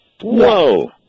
Whoa